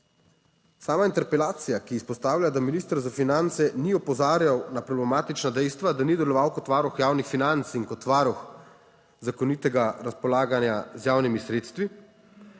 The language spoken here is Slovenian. sama interpelacija, ki izpostavlja, da minister za finance ni opozarjal na problematična dejstva, da ni deloval kot varuh javnih financ in kot varuh zakonitega razpolaganja z javnimi sredstvi,